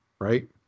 right